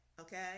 Okay